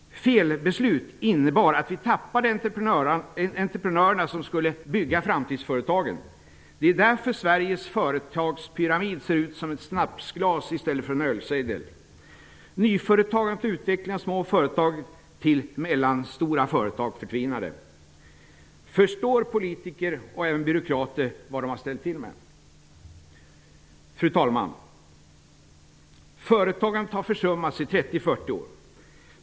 Felbeslut innebar att vi tappade entreprenörerna som skulle bygga framtidsföretagen. Det är därför Sveriges företagspyramid ser ut som ett snapsglas istället för en ölsejdel. Nyföretagande och verksamhet med att utveckla små företag till mellanstora företag förtvinade. Förstår politiker och även byråkrater vad de har ställt till med? Fru talman! Företagandet har försummats i 30--40 år.